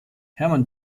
hermann